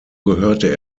gehörte